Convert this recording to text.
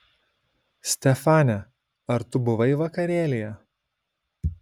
stefane ar tu buvai vakarėlyje